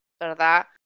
¿verdad